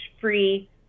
free